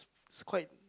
it's quite